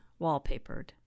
wallpapered